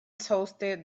toasted